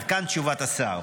עד כאן תשובת השר.